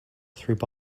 through